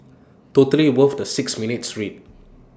totally worth the six minutes read